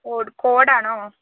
കോടാണോ